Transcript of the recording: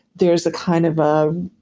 there's a kind of a